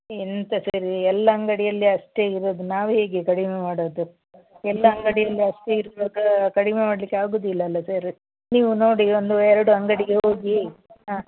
ಎಂತ ಸರ್ ಎಲ್ಲ ಅಂಗಡಿಯಲ್ಲಿ ಅಷ್ಟೇ ಇರುದು ನಾವು ಹೇಗೆ ಕಡಿಮೆ ಮಾಡೋದು ಎಲ್ಲ ಅಂಗಡಿಯಲ್ಲಿ ಅಷ್ಟೇ ಇರುವಾಗ ಕಡಿಮೆ ಮಾಡಲಿಕ್ಕೆ ಆಗೋದಿಲ್ಲ ಅಲ್ಲ ಸರ ನೀವು ನೋಡಿ ಒಂದು ಎರಡು ಅಂಗಡಿಗೆ ಹೋಗಿ ಹಾಂ